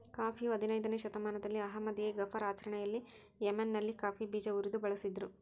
ಕಾಫಿಯು ಹದಿನಯ್ದನೇ ಶತಮಾನದಲ್ಲಿ ಅಹ್ಮದ್ ಎ ಗಫರ್ ಆಚರಣೆಯಲ್ಲಿ ಯೆಮೆನ್ನಲ್ಲಿ ಕಾಫಿ ಬೀಜ ಉರಿದು ಬಳಸಿದ್ರು